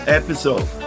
episode